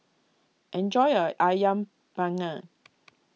enjoy your Ayam Panggang